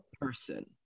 person